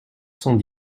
cent